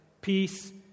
peace